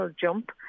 jump